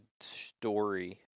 story